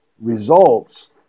results